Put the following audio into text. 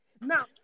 Now